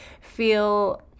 feel